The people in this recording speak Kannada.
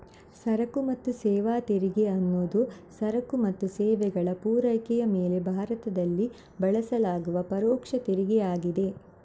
ಸರಕು ಮತ್ತು ಸೇವಾ ತೆರಿಗೆ ಅನ್ನುದು ಸರಕು ಮತ್ತು ಸೇವೆಗಳ ಪೂರೈಕೆಯ ಮೇಲೆ ಭಾರತದಲ್ಲಿ ಬಳಸಲಾಗುವ ಪರೋಕ್ಷ ತೆರಿಗೆ ಆಗಿದೆ